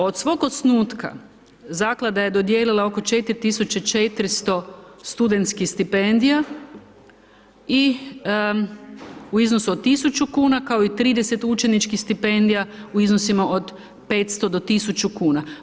Od svog osnutka zaklada je dodijelila oko 4.400 studentskih stipendija i u iznosu od 1.000 kuna, kao i 30 učeničkih stipendija u iznosima od 500 do 1.000 kuna.